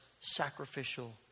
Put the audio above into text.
sacrificial